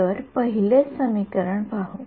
तर पहिले समीकरण पाहू